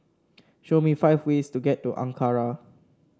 show me five ways to get to Ankara